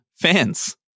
Fans